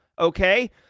okay